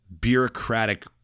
bureaucratic